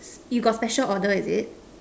you got special order is it